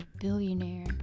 billionaire